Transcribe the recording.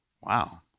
Wow